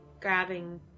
grabbing